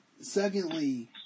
Secondly